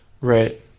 Right